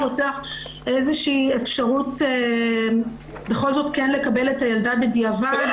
לרוצח איזושהי אפשרות בכל זאת כן לקבל את הילדה בדיעבד.